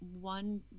one